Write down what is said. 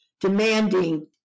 demanding